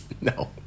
No